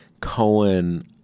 Cohen